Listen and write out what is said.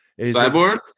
Cyborg